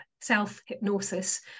self-hypnosis